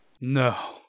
No